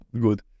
good